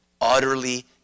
Utterly